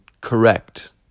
correct